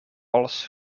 als